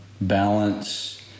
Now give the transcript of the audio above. balance